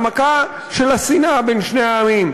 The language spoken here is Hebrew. העמקה של השנאה בין שני העמים,